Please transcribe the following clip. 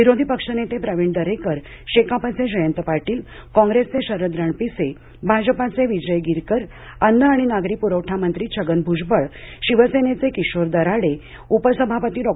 विरोधीपक्षनेते प्रवीण दरेकर शेकापचे जयंत पाटील काँग्रेसचे शरद रणपिसे भाजपाचे विजय गिरकर अन्न आणि नागरी पुरवठामंत्री छगनभुजबळ शिवसेनेचे किशोरदराडे उपसभापती डॉ